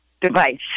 device